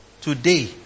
Today